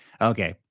Okay